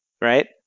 Right